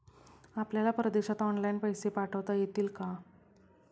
आपल्याला परदेशात ऑनलाइन पैसे पाठवता येतील का?